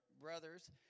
brothers